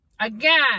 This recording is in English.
again